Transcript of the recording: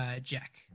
jack